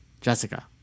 Jessica